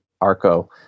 arco